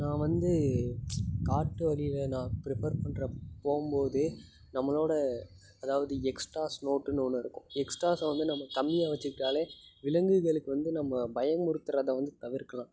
நான் வந்து காட்டு வழில நான் ப்ரிஃபர் பண்ணுற போகும்போது நம்மளோட அதாவது எக்ஸ்டா ஸ்னோட்டுன்னு ஒன்று இருக்கும் எக்ஸ்டாஸை வந்து நம்ம கம்மியாக வச்சுக்கிட்டாலே விலங்குகளுக்கு வந்து நம்ம பயமுறுத்துறதை வந்து தவிர்க்கலாம்